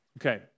Okay